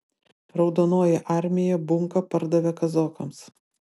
raudonoji armija bunką pardavė kazokams